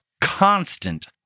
constant